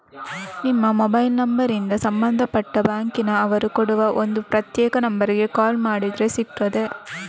ನಿಮ್ಮ ಮೊಬೈಲ್ ನಂಬರಿಂದ ಸಂಬಂಧಪಟ್ಟ ಬ್ಯಾಂಕಿನ ಅವರು ಕೊಡುವ ಒಂದು ಪ್ರತ್ಯೇಕ ನಂಬರಿಗೆ ಕಾಲ್ ಮಾಡಿದ್ರೆ ಸಿಗ್ತದೆ